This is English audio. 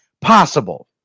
possible